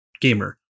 gamer